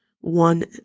one